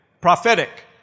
Prophetic